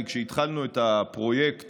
כי כשהתחלנו את הפרויקט